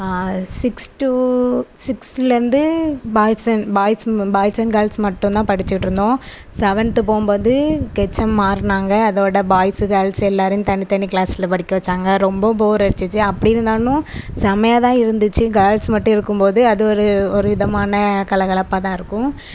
six to சிக்ஸ்த்லேயிருந்து boys and boys boys and girls மட்டும் தான் படிச்சிகிட்டு இருந்தோம் சவென்த் போகும் போது ஹெச்எம் மா றினாங்க அதோடு பாய்ஸ்ஸு கேர்ள்ஸு எல்லோரையும் தனி தனி க்ளாஸில் படிக்க வச்சாங்க ரொம்ப போர் அடிச்சிச்சு அப்படி இருந்தாலும் செம்மையாக தான் இருந்துச்சு கேர்ள்ஸ் மட்டும் இருக்கும் போது அது ஒரு ஒரு விதமான கலகலப்பாக தான் இருக்கும்